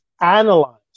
analyze